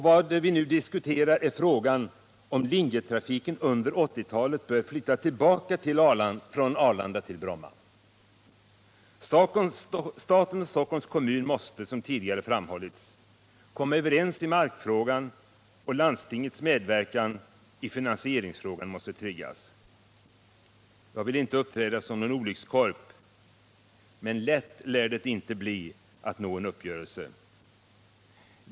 Vad vi nu diskuterar är frågan om linjetrafiken under 1980-talet bör flyttas tillbaka från Arlanda till Bromma. Staten och Stockholms kommun måste, som tidigare framhållits, komma överens i markfrågan, och landstingets medverkan i finansieringsfrågan måste tryggas. Jag vill inte uppträda som olyckskorp, men lätt lär det inte bli att nå en uppgörelse.